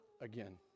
again